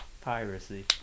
piracy